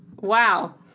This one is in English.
Wow